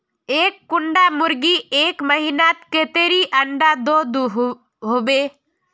एक कुंडा मुर्गी एक महीनात कतेरी अंडा दो होबे?